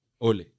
Ole